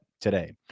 today